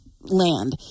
land